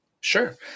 Sure